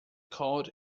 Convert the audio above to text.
called